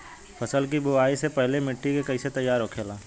फसल की बुवाई से पहले मिट्टी की कैसे तैयार होखेला?